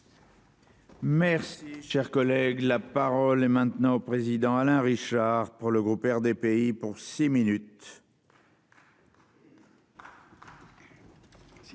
Merci, cher collègue, la parole est maintenant au président Alain Richard pour le groupe RDPI pour six minutes.